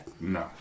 no